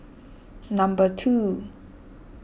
number two